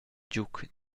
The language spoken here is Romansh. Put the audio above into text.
giug